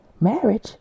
Marriage